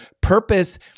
purpose